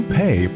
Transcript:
pay